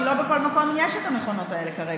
כי לא בכל מקום יש את המכונות האלה כרגע,